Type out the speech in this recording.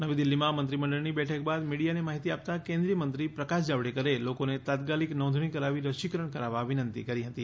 નવી દિલ્ફીમાં મંત્રીમંડળની બેઠક બાદ મીડિયાને માહિતી આપતાં કેન્દ્રીય મંત્રી પ્રકાશ જાવડેકરે લોકોને તાત્કાલિક નોંધણી કરાવી રસીકરણ કરાવવા વિનંતી કરી હતી